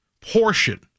portion